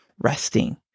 resting